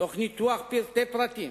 בניתוח פרטי פרטים,